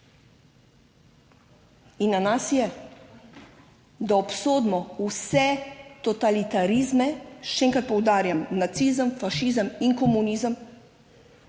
In na nas je, da obsodimo vse totalitarizme, še enkrat poudarjam, nacizem, fašizem in komunizem.